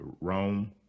Rome